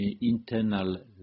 internal